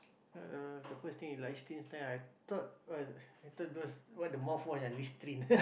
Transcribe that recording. uh the first thing with Liechtenstein I thought what I thought those what the mouthwash ah Listerine